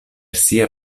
sia